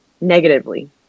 negatively